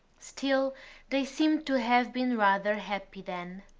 still they seemed to have been rather happy then.